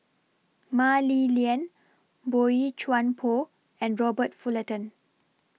Mah Li Lian Boey Chuan Poh and Robert Fullerton